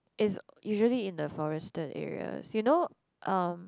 is usually in the forested areas you know um